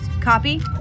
Copy